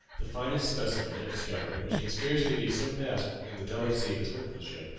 the finest specimen yet discovered, and which can scarcely be surpassed in the delicacy of its workmanship,